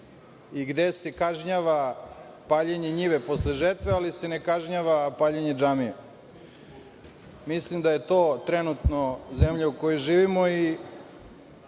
i gde se kažnjava paljenje njive posle žetve, ali se ne kažnjava paljenje džamije. Mislim da je to trenutno zemlja u kojoj živimo i